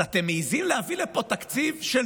אז אתם מעיזים להביא לפה תקציב של